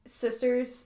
sisters